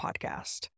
podcast